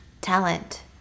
talent